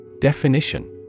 Definition